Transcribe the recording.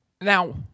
now